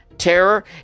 terror